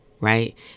Right